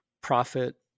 profit